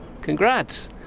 Congrats